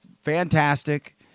Fantastic